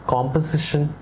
Composition